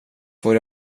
får